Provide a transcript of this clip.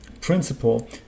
principle